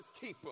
keeper